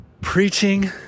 preaching